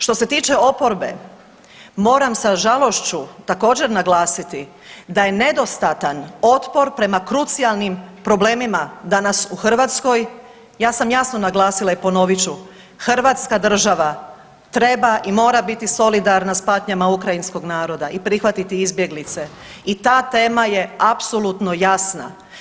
Što se tiče oporbe, moram sa žalošću, također, naglasiti da je nedostatan otpor prema krucijalnim problemima danas u Hrvatskoj, ja sam jasno naglasila i ponovit ću, hrvatska država treba i mora biti solidarna s patnjama ukrajinskog naroda i prihvatiti izbjeglice i ta tema je apsolutna jasna.